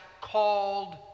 called